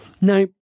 Now